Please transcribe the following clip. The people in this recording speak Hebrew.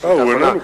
הוא פשוט איננו.